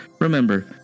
Remember